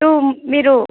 त्यो मेरो